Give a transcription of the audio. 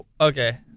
okay